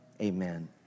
amen